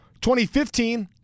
2015